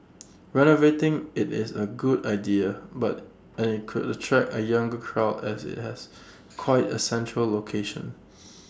renovating IT is A good idea but and IT could attract A younger crowd as IT has quite A central location